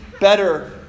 better